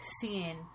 seeing